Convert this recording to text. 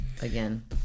again